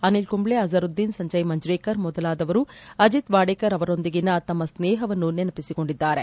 ಅನಿಲ್ ಕುಂಬೈ ಅಜರುದ್ದೀನ್ ಸಂಜಯ್ ಮಂಜರೇಕರ್ ಮೊದಲಾದವರು ಅಜಿತ್ ವಾಡೇಕರ್ ಅವರೊಂದಿಗಿನ ತಮ್ಮ ಸ್ನೇಹವನ್ನು ನೆನಪಿಸಿಕೊಂಡಿದ್ದಾರೆ